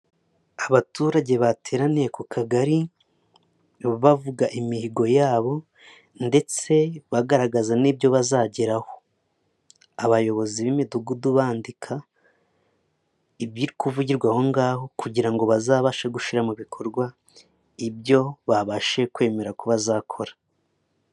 Abaturage bateraniye ku kagari bavuga imihigo ya bo ndetse bagaragaza n'ibyo bazageraho. Abayobozi b'imidugudu bandika ibiri kuvugirwa ahongaho, kugira ngo bazabashe gushyira mu bikorwa, ibyo babashije kwemera ko bazakora.